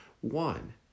One